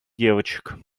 девочек